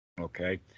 okay